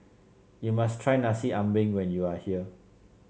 you must try Nasi Ambeng when you are here